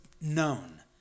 known